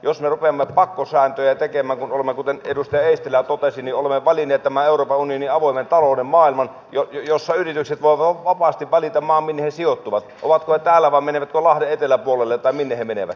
jos me rupeamme pakkosääntöjä tekemään kun olemme kuten edustaja eestilä totesi valinneet tämän euroopan unionin avoimen talouden maailman jossa yritykset voivat vapaasti valita maan minne he sijoittuvat ovatko yritykset täällä vai menevätkö lahden eteläpuolelle tai minne ne menevät